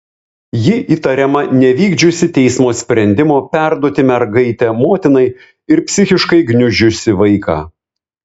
ji įtariama nevykdžiusi teismo sprendimo perduoti mergaitę motinai ir psichiškai gniuždžiusi vaiką